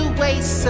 waste